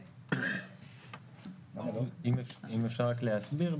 אם אפשר רק להסביר,